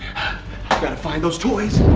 gotta find those toys!